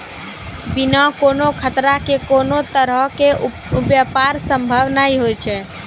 बिना कोनो खतरा के कोनो तरहो के व्यापार संभव नै होय छै